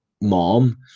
mom